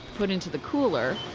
put into the cooler,